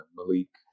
Malik